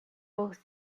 both